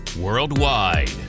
worldwide